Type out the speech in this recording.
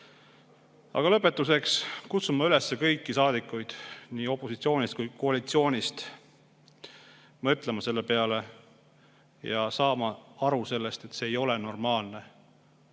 Aga lõpetuseks kutsun ma üles kõiki saadikuid nii opositsioonist kui ka koalitsioonist mõtlema selle peale ja saama aru sellest, et see ei ole normaalne.